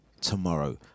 tomorrow